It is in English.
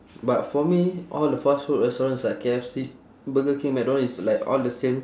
but for me all the fast food restaurants like K_F_C burger king mcdonald it's like all the same